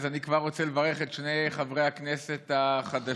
אני כבר רוצה לברך את שני חברי הכנסת החדשים,